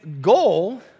goal